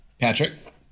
Patrick